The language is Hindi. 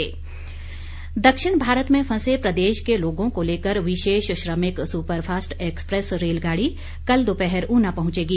रेलगाडी दक्षिण भारत में फंसे प्रदेश के लोगों को लेकर विशेष श्रमिक सुपरफास्ट एक्सप्रेस रेलगाड़ी कल दोपहर ऊना पहुंचेगी